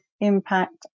impact